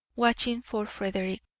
watching for frederick,